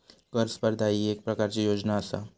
कर स्पर्धा ही येक प्रकारची योजना आसा